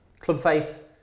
clubface